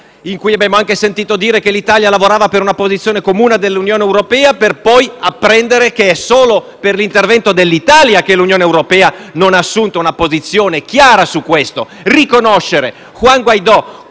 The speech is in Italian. in cui abbiamo anche sentito dire che l'Italia lavorava per una posizione comune dell'Unione europea, apprendiamo che è solo per l'intervento dell'Italia che l'Unione europea non ha assunto una posizione chiara al riguardo: riconoscere Juan Guaidó